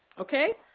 okay,